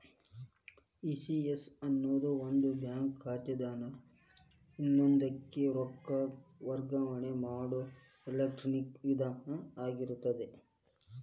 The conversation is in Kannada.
ಇ.ಸಿ.ಎಸ್ ಅನ್ನೊದು ಒಂದ ಬ್ಯಾಂಕ್ ಖಾತಾದಿನ್ದ ಇನ್ನೊಂದಕ್ಕ ರೊಕ್ಕ ವರ್ಗಾವಣೆ ಮಾಡೊ ಎಲೆಕ್ಟ್ರಾನಿಕ್ ವಿಧಾನ ಆಗಿರ್ತದ